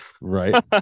Right